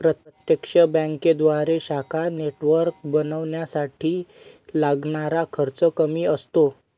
प्रत्यक्ष बँकेद्वारे शाखा नेटवर्क बनवण्यासाठी लागणारा खर्च कमी असतो